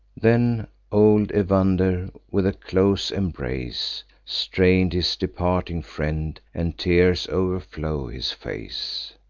then old evander, with a close embrace, strain'd his departing friend and tears o'erflow his face.